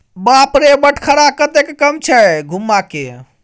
बाप रे बटखरा कतेक कम छै धुम्माके